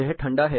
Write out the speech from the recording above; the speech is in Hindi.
यह ठंडा है